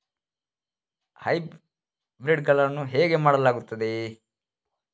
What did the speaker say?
Hybrid ಗಳನ್ನು ಹೇಗೆ ಮಾಡಲಾಗುತ್ತದೆ?